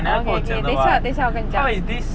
okay okay 等一下等一下我跟你讲